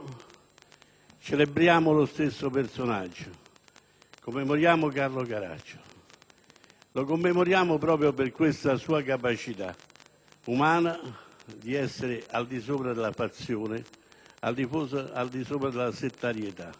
celebriamo lo stesso personaggio: commemoriamo Carlo Caracciolo. Lo commemoriamo proprio per la sua capacità umana di essere al di sopra della fazione e della settarietà.